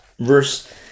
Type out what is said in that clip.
Verse